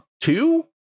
two